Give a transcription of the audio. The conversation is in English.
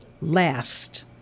last